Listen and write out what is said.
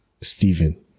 Stephen